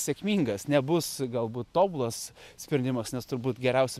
sėkmingas nebus galbūt tobulas sprendimas nes turbūt geriausia